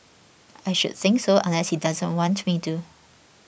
I should think so unless he doesn't want me to